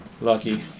Lucky